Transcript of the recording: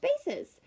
spaces